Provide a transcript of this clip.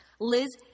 Liz